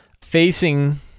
Facing